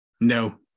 No